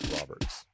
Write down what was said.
Roberts